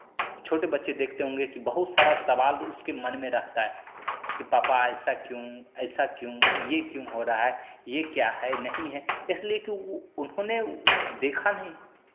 छोटे बच्चे देखते होंगे कि बहुत सारा सवाल उसके मन में रहता है कि पापा ऐसा क्यों ऐसा क्यों ये क्यों हो रहा है ये क्या नहीं नहीं है इसलिए कि उन्होंने देखा नहीं